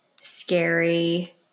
scary